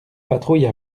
patrouille